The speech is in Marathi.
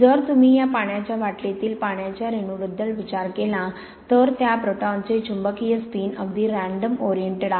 जर तुम्ही या पाण्याच्या बाटलीतील पाण्याच्या रेणूंबद्दल विचार केला तर त्या प्रोटॉनचे चुंबकीय स्पिन अगदी रँडम ओरिएंटेड आहेत